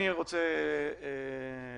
אני רוצה לסכם,